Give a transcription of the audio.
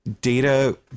data